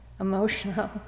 emotional